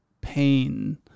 pain